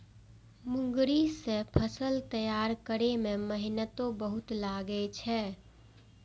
मूंगरी सं फसल तैयार करै मे मेहनतो बहुत लागै छै